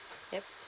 yup